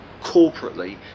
corporately